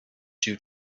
due